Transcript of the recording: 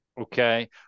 Okay